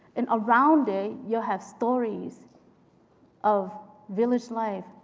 and around it, you have stories of village life,